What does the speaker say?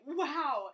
wow